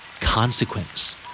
Consequence